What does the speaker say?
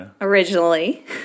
originally